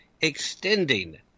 extending